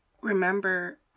remember